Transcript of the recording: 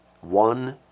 one